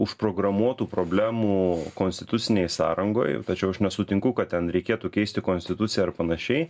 užprogramuotų problemų konstitucinėj sąrangoj tačiau aš nesutinku kad ten reikėtų keisti konstituciją ar panašiai